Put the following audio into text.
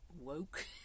woke